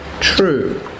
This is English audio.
True